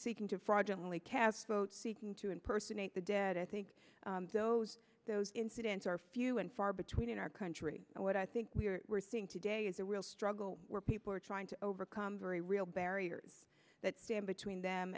seeking to fraudulently cast votes seeking to impersonate the dead i think those those incidents are few and far between in our country and what i think we're we're seeing today is a real struggle where people are trying to overcome very real barriers that stand between them